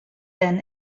then